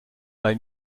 bei